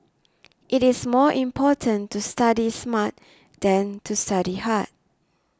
it is more important to study smart than to study hard